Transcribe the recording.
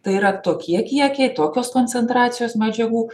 tai yra tokie kiekiai tokios koncentracijos medžiagų